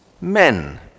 men